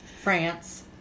France